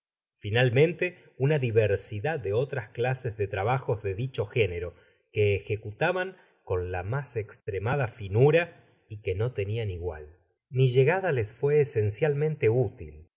finalmente una diversidad de otras clases de trabajos de dicho género que ejecutaban con la mas estremada finura y que no tenían igual mi llegada les fue esencialmente útil